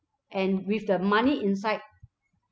and with the money inside